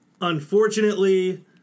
Unfortunately